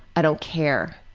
i don't care.